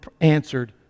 answered